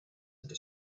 into